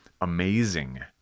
amazing